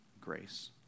grace